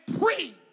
pre